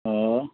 آ